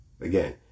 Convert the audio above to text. Again